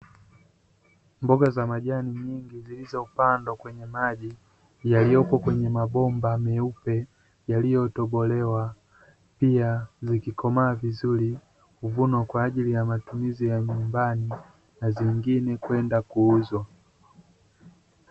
Mboga za majani nyingi zilizopandwa kwenye maji yaliyopo kwenye mabomba meupe yaliyotobolewa pia zikikomaa vizuri huvunwa kwa ajili ya matumizi ya nyumbani na zingine kwenda kuuzwa.